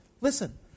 Listen